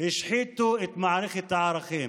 השחיתו את מערכת הערכים.